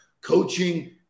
coaching